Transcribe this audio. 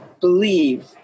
believe